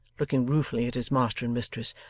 looking ruefully at his master and mistress.